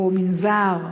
או מנזר,